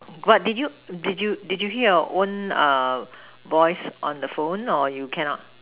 but did you did you did you hear your own uh voice on the phone or you cannot